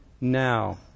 now